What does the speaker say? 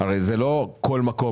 הרי זה לא בכל מקום.